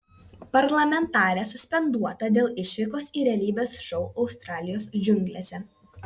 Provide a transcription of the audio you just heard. parlamentarė suspenduota dėl išvykos į realybės šou australijos džiunglėse